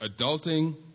adulting